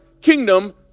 kingdom